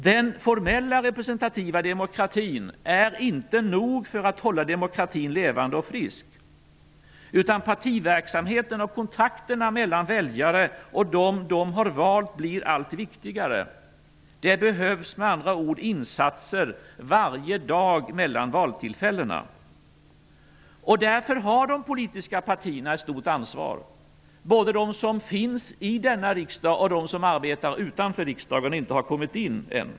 Den formella representativa demokratin är inte nog för att hålla demokratin levande och frisk. Partiverksamheten och kontakterna mellan väljare och dem de har valt blir allt viktigare. Det behövs med andra ord insatser varje dag mellan valtillfällena. Därför har de politiska partierna ett stort ansvar, både de som finns i denna riksdag och de som arbetar utanför och ännu inte har kommit in.